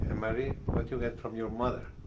and marie, what you get from your mother?